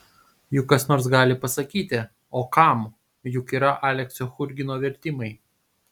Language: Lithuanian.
juk kas nors gali pasakyti o kam juk yra aleksio churgino vertimai